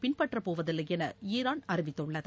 பின்பற்றப்போவதில்லை என ஈரான் அறிவித்துள்ளது